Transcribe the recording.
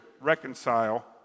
reconcile